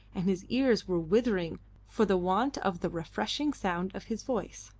and his ears were withering for the want of the refreshing sound of his voice.